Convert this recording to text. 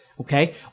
Okay